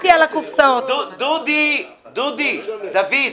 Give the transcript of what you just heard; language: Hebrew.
דודי, דודי, דוד.